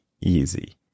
easy